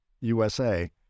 USA